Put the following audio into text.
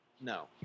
No